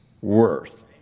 worth